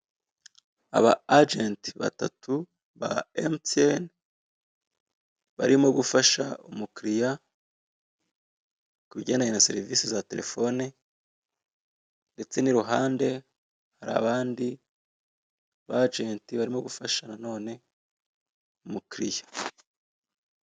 Aba agent batatu ba MTN barimo gufasha umukiriya ku bigendanye na serivisi za terefone, ndetse n'iruhande hari abandi bagenti barimo gufasha nanone umu client.